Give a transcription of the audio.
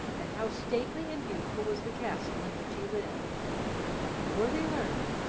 and how stately and beautiful was the castle in which he lived and the more they learned,